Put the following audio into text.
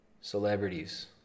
Celebrities